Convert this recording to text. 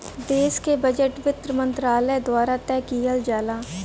देश क बजट वित्त मंत्रालय द्वारा तैयार किहल जाला